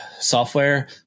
software